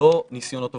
לא ניסיונות אובדניים,